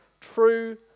true